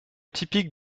typique